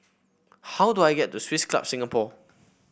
how do I get to Swiss Club Singapore